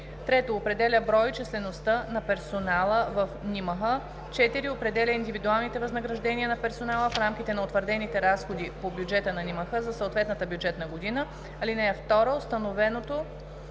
3. определя броя и числеността на персонала в НИМХ; 4. определя индивидуалните възнаграждения на персонала в рамките на утвърдените разходи по бюджета на НИМХ за съответната бюджетна година. (2) Установеното